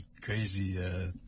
crazy